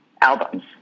albums